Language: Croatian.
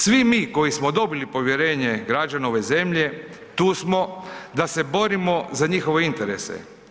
Svi mi koji smo dobili povjerenje građana ove zemlje, tu smo da se borimo za njihove interese.